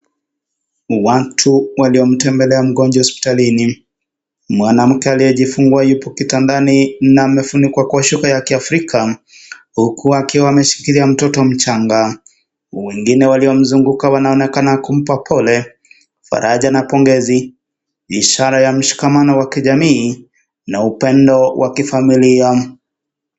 Watu waliomtembelea mgonjwa hospitalini, mwanamke aliyejifungua yupo kitandani na amefunikwa Kwa shuka ya kiafrika huku akiwa ameshikilia mtoto mchanga. Wengine waliomzunguka wanaonekana kumpa pole, faraja na pongezi ishara wa mshikamano wa kijamii na upendo wa kifamilia.